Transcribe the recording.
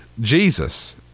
Jesus